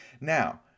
Now